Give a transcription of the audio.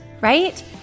right